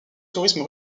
tourisme